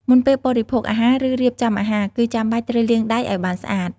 មុនពេលបរិភោគអាហារ ឬរៀបចំអាហារ គឺចាំបាច់ត្រូវលាងដៃឱ្យបានស្អាត។